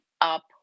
up